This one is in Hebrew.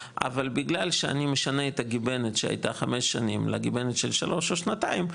אבל בגלל שאני משנה את הגיבנת שהייתה 5 שנים לגיבנת של 3 או שנתיים,